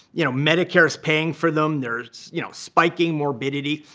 you know medicare's paying for them. there's you know spiking morbidity.